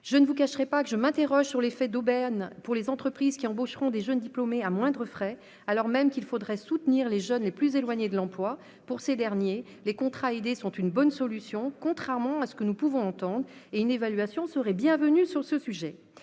les conditions. Je m'interroge sur l'effet d'aubaine pour les entreprises, qui embaucheront des jeunes diplômés à moindres frais, alors même qu'il faudrait soutenir les jeunes les plus éloignés de l'emploi. Pour ces derniers, les contrats aidés sont une bonne solution, contrairement à ce que nous pouvons entendre ; sur ce sujet, une évaluation serait bienvenue.